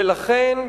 ולכן,